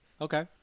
Okay